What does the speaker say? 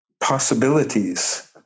possibilities